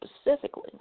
specifically